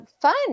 fun